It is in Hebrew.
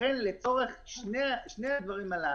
ולכן לצורך שני הדברים הללו,